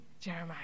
Jeremiah